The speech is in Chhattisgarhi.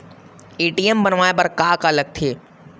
ए.टी.एम बनवाय बर का का लगथे?